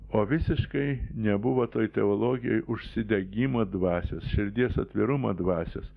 o visiškai nebuvo toj teologijoje užsidegimo dvasios širdies atvirumo dvasios